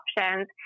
options